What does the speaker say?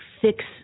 fix